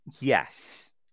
Yes